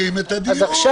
עכשיו,